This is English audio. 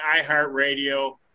iHeartRadio